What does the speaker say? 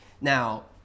Now